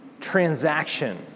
transaction